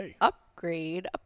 upgrade